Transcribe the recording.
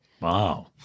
Wow